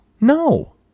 No